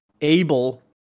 able